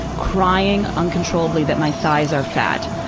crying uncontrollably that my thighs are fat.